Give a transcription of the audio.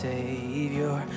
Savior